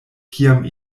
kiam